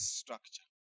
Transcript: structure